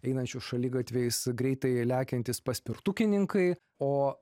einančių šaligatviais greitai lekiantys paspirtukininkai o